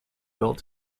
built